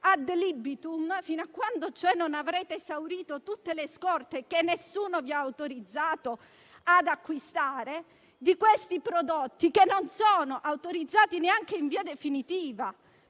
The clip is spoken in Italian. *ad libitum*, fino a quando, cioè, non avrete esaurito tutte le scorte - scorte che nessuno vi ha autorizzato ad acquistare - di prodotti che non sono autorizzati neanche in via definitiva